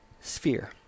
Sphere